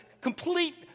complete